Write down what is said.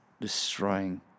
destroying